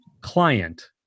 client